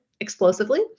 explosively